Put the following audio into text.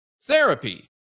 Therapy